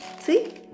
See